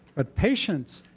but patients.